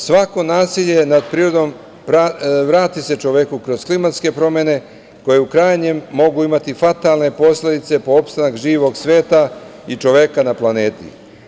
Svako nasilje nad prirodom vrati se čoveku kroz klimatske promene koje u krajnjem mogu imati fatalne posledice po opstanak živog sveta i čoveka na planeti.